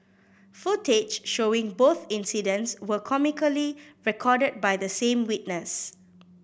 footage showing both incidents were comically recorded by the same witness